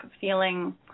feeling